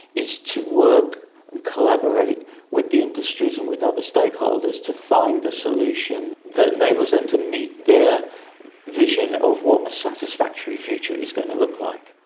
is to work and collaborate with the industries and with other stakeholders to find the solution that enables them and to meet their vision of what a satisfactory future is going to look like.